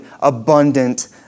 abundant